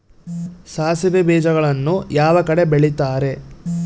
ಸಾಸಿವೆ ಬೇಜಗಳನ್ನ ಯಾವ ಕಡೆ ಬೆಳಿತಾರೆ?